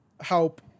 help